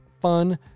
fun